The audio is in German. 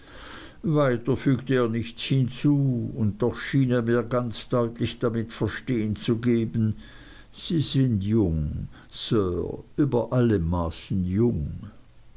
weiter fügte er nichts hinzu und doch schien er mir ganz deutlich damit verstehen zu geben sie sind sehr jung sir über alle maßen jung